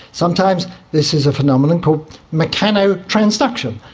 sometimes this is a phenomenon called mechanotransduction.